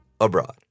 Abroad